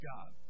God